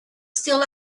still